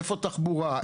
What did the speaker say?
איפה תחבורה?